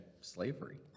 slavery